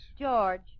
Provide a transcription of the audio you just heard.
George